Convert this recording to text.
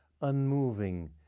unmoving